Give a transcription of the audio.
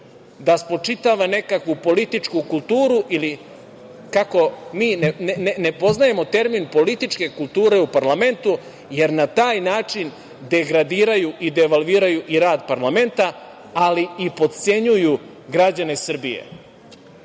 da spočitava nekakvu političku kulturu ili kako mi ne poznajemo termin političke kulture u parlamentu, jer na taj način degradiraju i devalviraju i rad parlamenta, ali i potcenjuju građane Srbije. Kažu